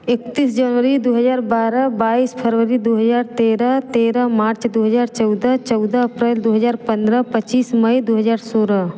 इकत्तीस जनवरी दो हज़ार बारह बाईस फरवरी दो हज़ार तेरह तेरह मार्च दो हज़ार चौदह चौदह अप्रेल दो हज़ार पंद्रह पच्चीस मई दो हज़ार सोलह